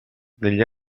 negli